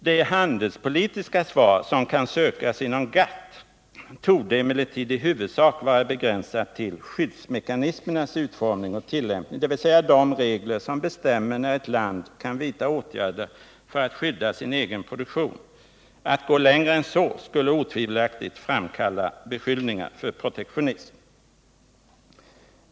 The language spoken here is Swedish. Det handelspolitiska svar som kan sökas inom GATT torde emellertid vara begränsat till skyddsmekanismernas utformning och tillämpning, dvs. de regler som bestämmer när ett land kan vidta åtgärder för att skydda sin egen produktion. Att gå längre än så skulle otvivelaktigt framkalla beskyllningar för protektionism.